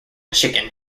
chicken